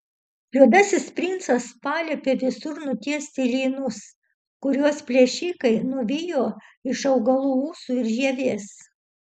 juodasis princas paliepė visur nutiesti lynus kuriuos plėšikai nuvijo iš augalų ūsų ir žievės